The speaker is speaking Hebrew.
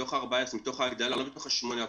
מתוך ההגדלה, לא מתוך ה-8 הקודמים.